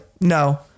No